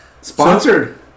Sponsored